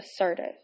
assertive